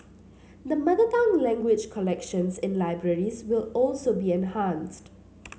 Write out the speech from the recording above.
the mother tongue language collections in libraries will also be enhanced